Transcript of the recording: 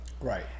Right